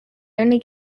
only